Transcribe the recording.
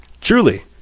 Truly